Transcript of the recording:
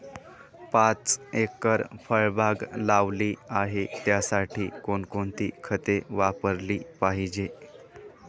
पाच एकर फळबाग लावली आहे, त्यासाठी कोणकोणती खते वापरली पाहिजे?